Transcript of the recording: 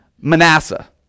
Manasseh